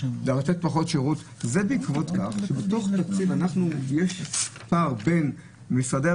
לתת פחות שירות ובעקבות כך יש פער בין מה